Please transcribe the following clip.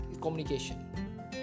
communication